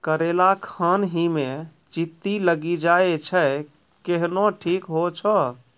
करेला खान ही मे चित्ती लागी जाए छै केहनो ठीक हो छ?